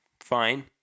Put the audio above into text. Fine